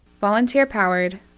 Volunteer-powered